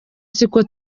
siko